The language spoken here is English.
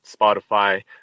Spotify